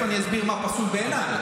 תכף אני אסביר מה פסול בעיניי.